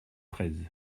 treize